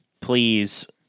please